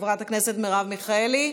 חברת הכנסת מרב מיכאלי,